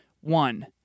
one